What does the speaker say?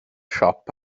siop